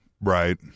right